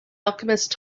alchemist